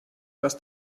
das